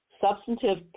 substantive